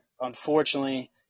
unfortunately